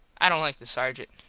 i dont like the sargent.